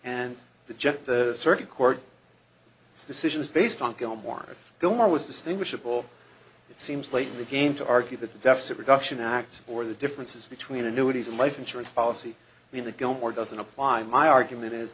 and the jet the circuit court decisions based on gilmore gore was distinguishable it seems late in the game to argue that the deficit reduction act or the differences between annuities and life insurance policy mean that gilmore doesn't apply my argument is